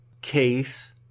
case